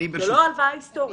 זו לא הלוואה היסטורית.